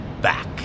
back